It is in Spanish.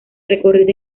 recorrido